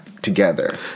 together